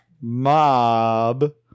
mob